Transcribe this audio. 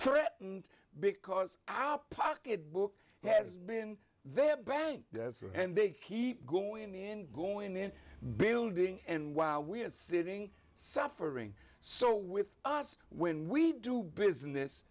threatened because our pocket book has been their bank and they keep going in going in building and while we're sitting suffering so with us when we do business